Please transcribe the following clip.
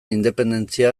independentzia